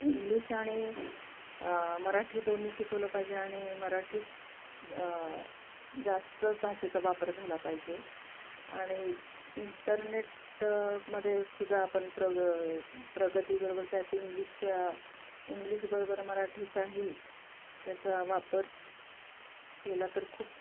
English आणि मराठी दोन्ही शिकवलं पाहिजे आणि मराठीत जास्तच भाषेचा वापर झाला पाहिजे आणि इंटरनेटमध्ये सुद्धा आपण प्रग प्रगतीबरोबर त्यात इंग्लिशचा इंग्लिशबरोबर मराठीचाही त्याचा वापर केला तर खूप